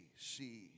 see